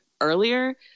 earlier